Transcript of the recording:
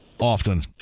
often